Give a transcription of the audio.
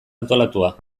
antolatua